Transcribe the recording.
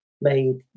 made